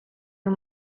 you